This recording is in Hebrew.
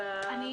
יש